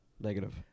Negative